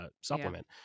supplement